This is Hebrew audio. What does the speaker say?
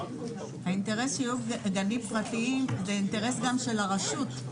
האינטרס שיהיו גנים פרטיים זה אינטרס גם של הרשות.